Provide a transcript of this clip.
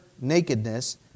nakedness